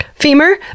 femur